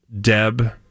Deb